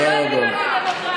תודה רבה.